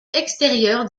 extérieure